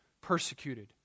Persecuted